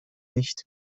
nicht